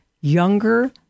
younger